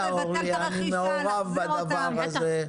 אני מעורב בדבר הזה,